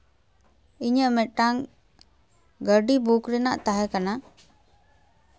ᱤᱧᱟᱹᱜ ᱢᱤᱫᱴᱟᱝ ᱜᱟᱹᱰᱤ ᱵᱩᱠ ᱨᱮᱱᱟᱜ ᱛᱟᱦᱮᱸ ᱠᱟᱱᱟ